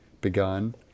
begun